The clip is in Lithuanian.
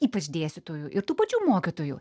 ypač dėstytojų ir tų pačių mokytojų